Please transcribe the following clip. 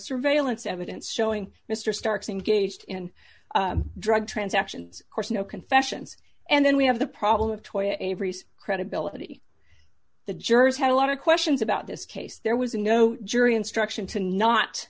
surveillance evidence showing mr starks engaged in drug transactions course no confessions and then we have the problem of twenty avery's credibility the jurors had a lot of questions about this case there was no jury instruction to not